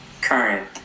current